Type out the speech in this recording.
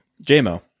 J-Mo